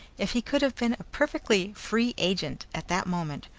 if he could have been a perfectly free agent at that moment,